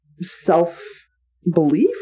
self-belief